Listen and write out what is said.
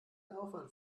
aufwand